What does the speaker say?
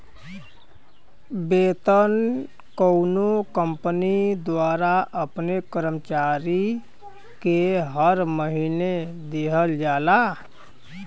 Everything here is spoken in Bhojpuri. वेतन कउनो कंपनी द्वारा अपने कर्मचारी के हर महीना दिहल जाला